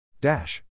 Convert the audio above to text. Dash